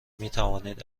میتوانید